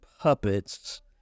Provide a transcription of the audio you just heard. puppets